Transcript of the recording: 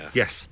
yes